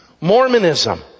Mormonism